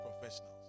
professionals